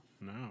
No